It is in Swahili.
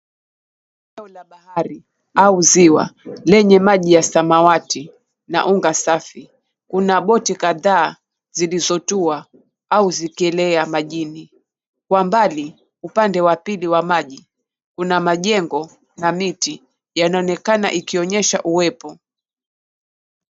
Eneo la bahari au ziwa lenye maji ya samawati na anga safi, kuna boti kadhaa zilizotua au zikielea majini. Kwa mbali, upande wa pili wa maji, kuna majengo na miti yanaonekana, ikionyesha uwepo.